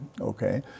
Okay